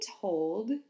told